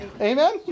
Amen